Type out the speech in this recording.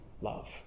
love